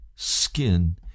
Skin